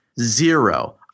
Zero